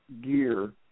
gear